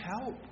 help